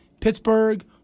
Pittsburgh